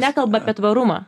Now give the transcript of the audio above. nekalba apie tvarumą